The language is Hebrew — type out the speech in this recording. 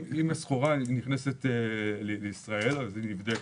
אם סחורה נכנסת לישראל היא נבדקת.